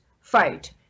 fight